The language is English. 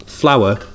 flour